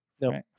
No